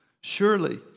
Surely